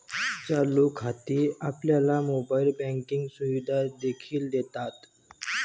चालू खाती आपल्याला मोबाइल बँकिंग सुविधा देखील देतात